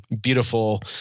beautiful